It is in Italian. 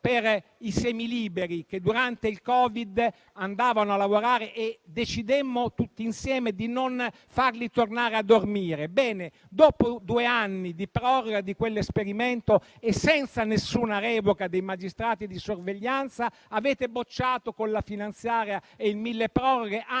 per i semiliberi che durante il Covid andavano a lavorare e che decidemmo tutti insieme di non far tornare a dormire. Bene, dopo due anni di proroga di quell'esperimento e senza nessuna revoca da parte dei magistrati di sorveglianza, avete bocciato, con la finanziaria e il milleproroghe, anche